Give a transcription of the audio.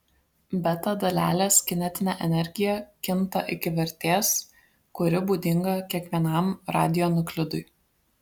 beta dalelės kinetinė energija kinta iki vertės kuri būdinga kiekvienam radionuklidui